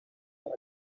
have